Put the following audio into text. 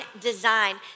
design